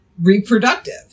reproductive